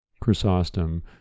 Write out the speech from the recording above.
Chrysostom